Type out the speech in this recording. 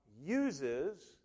uses